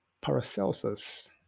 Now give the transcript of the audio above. Paracelsus